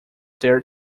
their